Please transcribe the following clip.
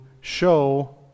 show